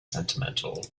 sentimental